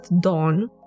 Dawn